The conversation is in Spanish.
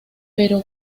pero